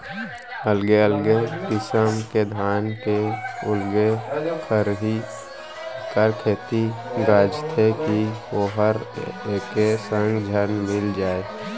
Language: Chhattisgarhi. अलगे अलगे किसम के धान के अलगे खरही एकर सेती गांजथें कि वोहर एके संग झन मिल जाय